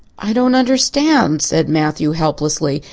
i don't understand, said matthew helplessly,